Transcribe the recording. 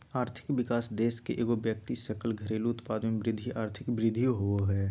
आर्थिक विकास देश के एगो व्यक्ति सकल घरेलू उत्पाद में वृद्धि आर्थिक वृद्धि होबो हइ